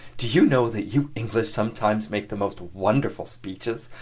do you know that you english sometimes make the most wonderful speeches?